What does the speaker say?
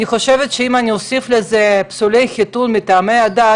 אני חושבת שאם אני אוסיף לזה פסולי חיתון מטעמי הדת,